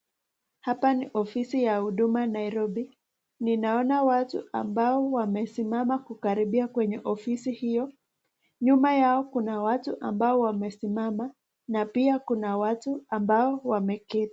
Hapa ni ofisi ya Huduma Nairobi. Ninaona watu ambao wamesimama kukaribia kwenye ofisi hiyo. Nyuma yao kuna watu ambao wamesimama na pia kuna watu ambao wameketi.